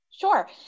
Sure